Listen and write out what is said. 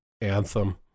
Anthem